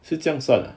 是这样算了